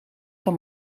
gaan